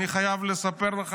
אני חייב לספר לך,